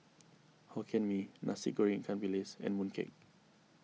Hokkien Mee Nasi Goreng Ikan Bilis and Mooncake